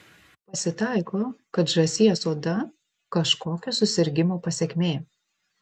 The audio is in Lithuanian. pasitaiko kad žąsies oda kažkokio susirgimo pasekmė